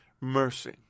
mercy